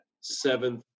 seventh